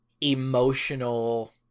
emotional